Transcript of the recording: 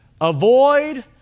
avoid